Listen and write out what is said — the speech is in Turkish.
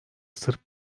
sırp